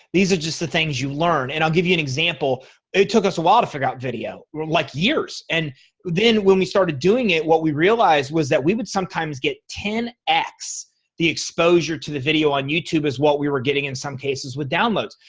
these are just the things you learn. and i'll give you an example it took us a while to figure out video. like years. and then when we started doing it what we realized was that we would sometimes get ten x x the exposure to the video on youtube as what we were getting in some cases with downloads.